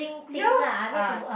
ya lah ah